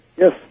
Yes